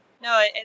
No